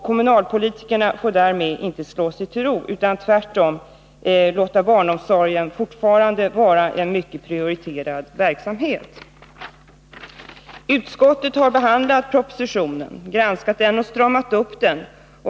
Kommunalpolitikerna får därmed inte slå sig till ro utan måste tvärtom låta barnomsorgen fortfarande vara en starkt prioriterad verksamhet. Utskottet har behandlat propositionen, granskat den och stramat upp den.